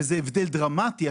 וזה הבדל דרמטי.